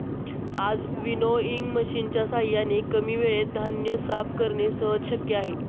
आज विनोइंग मशिनच्या साहाय्याने कमी वेळेत धान्य साफ करणे सहज शक्य आहे